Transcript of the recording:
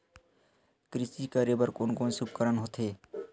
कृषि करेबर कोन कौन से उपकरण होथे?